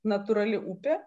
natūrali upė